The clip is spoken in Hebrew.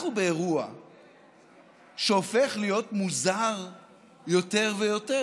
אנחנו באירוע שהופך להיות מוזר יותר ויותר.